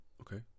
okay